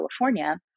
California